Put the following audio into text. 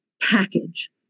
package